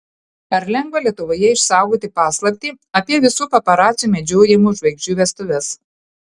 ar lengva lietuvoje išsaugoti paslaptį apie visų paparacių medžiojamų žvaigždžių vestuves